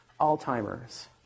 Alzheimer's